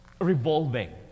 revolving